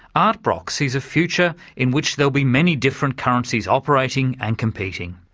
art brock sees a future in which there'll be many different currencies operating and competing.